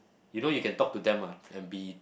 you know you can talk to them ah and be